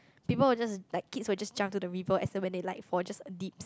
people will just like kids will just jump to the river as and when they like for just a dip